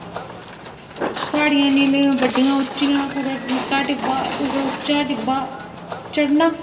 प्हाड़ियां इ'न्नियां इ'न्नियां बड्डियां उच्चियां कुदै निक्का टि'ब्बा कुदै उच्चा टि'ब्बा चढ़ना